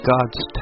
God's